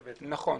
נכון,